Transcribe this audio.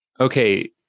Okay